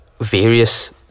Various